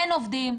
אין עובדים.